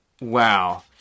Wow